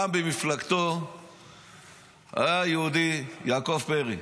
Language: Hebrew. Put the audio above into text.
פעם במפלגתו היה יהודי, יעקב פרי,